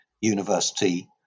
university